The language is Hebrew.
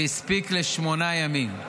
והספיק לשמונה ימים.